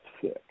sick